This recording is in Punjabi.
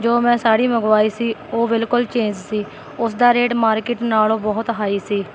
ਜੋ ਮੈਂ ਸਾੜੀ ਮੰਗਵਾਈ ਸੀ ਉਹ ਬਿਲਕੁਲ ਚੇਂਜ ਸੀ ਉਸ ਦਾ ਰੇਟ ਮਾਰਕਿਟ ਨਾਲੋਂ ਬਹੁਤ ਹਾਈ ਸੀ